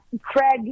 Craig